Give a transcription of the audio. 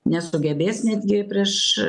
nesugebės netgi prieš